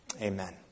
Amen